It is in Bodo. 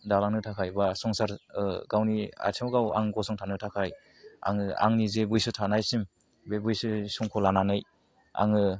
दालांनो थाखाय बा संसार गावनि आथिङाव गाव आं गसंथानो थाखाय आङो आंनि जे बैसो थानायसिम बे बैसो समखौ लानानै आङो